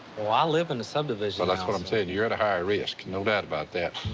well, i live in a subdivision. well, that's what i'm saying. you're at a higher risk. no doubt about that.